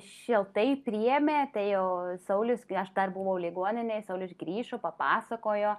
šiltai priėmė tai jau saulius kai aš dar buvau ligoninėj saulius grįžo papasakojo